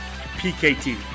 PKT